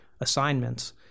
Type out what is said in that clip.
assignments